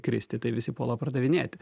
kristi tai visi puola pardavinėti